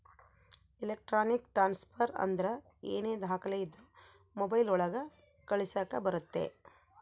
electronic transfer ಅಂದ್ರ ಏನೇ ದಾಖಲೆ ಇದ್ರೂ ಮೊಬೈಲ್ ಒಳಗ ಕಳಿಸಕ್ ಬರುತ್ತೆ